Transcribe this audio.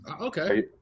Okay